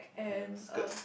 and a skirt